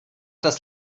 das